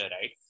right